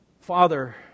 Father